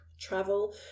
travel